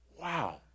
Wow